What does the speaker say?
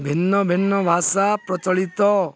ଭିନ୍ନ ଭିନ୍ନ ଭାଷା ପ୍ରଚଳିତ